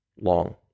long